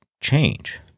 change